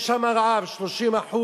יש שם רעב, 30%